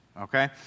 Okay